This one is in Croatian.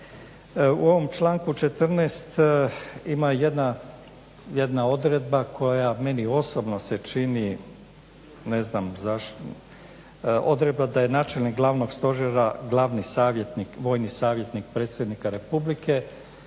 U ovom članku 14. ima jedna odredba koja meni osobno se čini, ne znam zašto odredba da je načelnik glavnog stožera glavni savjetnik, vojni savjetnik predsjednika Republike.